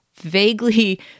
vaguely